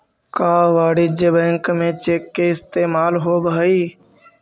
का वाणिज्य बैंक में चेक के इस्तेमाल होब हई?